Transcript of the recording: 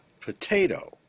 potato